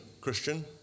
Christian